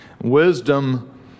Wisdom